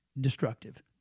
destructive